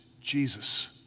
Jesus